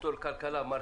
בוקר טוב כבוד היושב